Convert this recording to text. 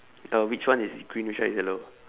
uh which one is green which one is yellow